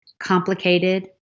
complicated